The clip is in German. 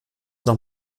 noch